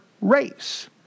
race